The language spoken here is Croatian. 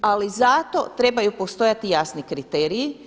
Ali zato trebaju postojati jasni kriteriji.